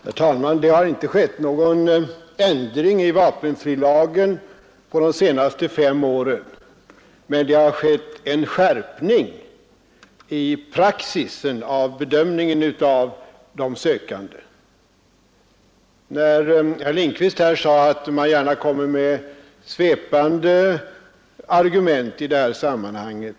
Herr talman! Det har inte skett någon ändring i vapenfrilagen på de senaste fem åren, men det har skett en skärpning i praxis när det gäller bedömningen av de sökande. Herr Lindkvist sade att man gärna kommer med svepande argument i detta sammanhang.